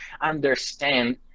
understand